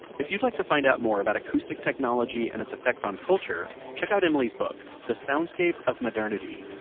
if you'd like to find out more about acoustic technology and its effect on culture, check out emily's book, the soundscape of modernity.